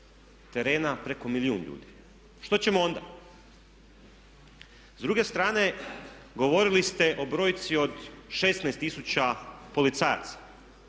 terena preko milijun ljudi? Što ćemo onda? S druge strane govorili ste o brojci od 16 tisuća policajaca.